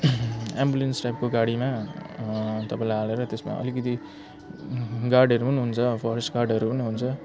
ambulance टाइपको गाडीमा तपाईँलाई हालेर त्यसमा अलिकति गार्डहरू पनि हुन्छ फरेस्ट गार्डहरू पनि हुन्छ